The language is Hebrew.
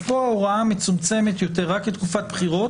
ההוראה מצומצמת יותר רק לתקופת בחירות,